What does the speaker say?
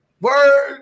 word